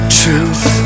truth